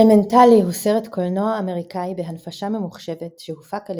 אלמנטלי הוא סרט קולנוע אמריקאי בהנפשה ממוחשבת שהופק על